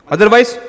Otherwise